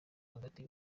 hagati